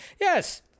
yes